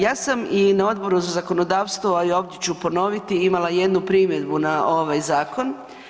Ja sam i na Odboru za zakonodavstvo, a i ovdje ću ponoviti imala jednu primjedbu na ovaj zakon.